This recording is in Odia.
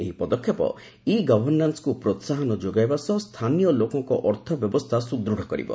ଏହି ପଦକ୍ଷେପ ଇ ଗଭର୍ଣ୍ଣାନ୍ନକୁ ପ୍ରୋହାହନ ଯୋଗାଇବା ସହ ସ୍ଥାନୀୟ ଲୋକଙ୍କ ଅର୍ଥ ବ୍ୟବସ୍ଥା ସୁଦୃଢ଼ କରିବ